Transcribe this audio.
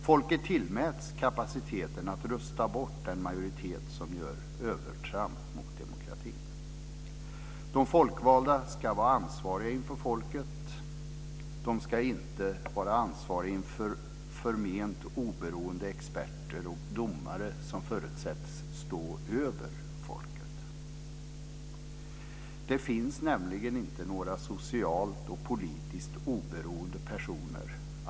Folket tillmäts kapaciteten att rösta bort den majoritet som gör övertramp mot demokratin. De folkvalda ska vara ansvariga inför folket. De ska inte vara ansvariga inför förment oberoende experter och domare som förutsätts stå över folket. Det finns nämligen inte några socialt och politiskt oberoende personer.